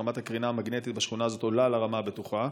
רמת הקרינה המגנטית בשכונה עולה על הרמה הבטוחה,